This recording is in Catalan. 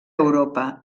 europa